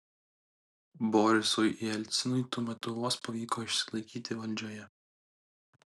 borisui jelcinui tuo metu vos pavyko išsilaikyti valdžioje